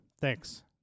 thanks